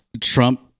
Trump